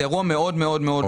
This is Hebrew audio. זה אירוע מאוד לא פשוט.